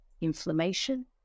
inflammation